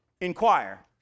inquire